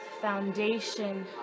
foundation